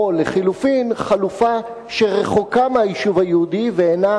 או לחלופין חלופה שרחוקה מהיישוב היהודי ואינה